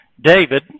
David